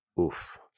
Oof